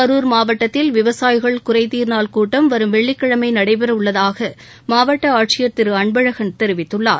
கரூர் மாவட்டத்தில் விவசாயிகள் குறை தீர் நாள் கூட்டம் வரும் வெள்ளிக்கிழமை நடைபெறவுள்ளதாக மாவட்ட ஆட்சியர் திரு அன்பழகன் தெரிவித்துள்ளார்